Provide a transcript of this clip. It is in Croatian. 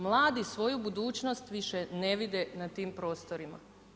Mladi svoju budućnost više ne vide nad tim prostorima.